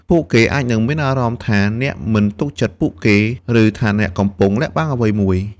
ពួកគេអាចនឹងមានអារម្មណ៍ថាអ្នកមិនទុកចិត្តពួកគេ ឬថាអ្នកកំពុងលាក់បាំងអ្វីមួយ។